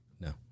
No